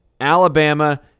Alabama